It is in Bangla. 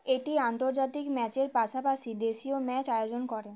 এটি আন্তর্জাতিক ম্যাচের পাশাপাশি দেশীয় ম্যাচ আয়োজন করে